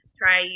try